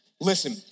Listen